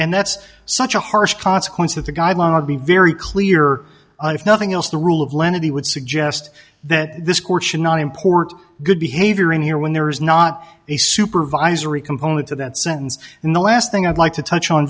and that's such a harsh consequence of the guidelines would be very clear if nothing else the rule of lenity would suggest that this court should not import good behavior in here when there is not a supervisory component to that sentence in the last thing i'd like to touch on